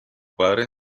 padre